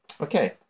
Okay